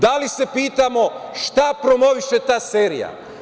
Da li se pitamo šta promoviše ta serija?